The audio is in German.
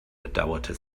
bedauerte